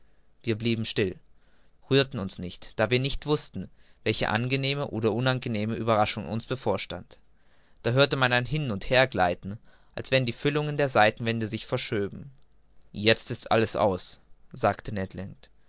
wir blieben still rührten uns nicht da wir nicht wußten welche angenehme oder unangenehme ueberraschung uns bevorstand da hörte man ein hin und hergleiten als wenn die füllungen der seitenwände sich verschöben jetzt ist alles aus sagte